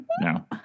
no